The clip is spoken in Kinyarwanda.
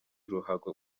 ruhago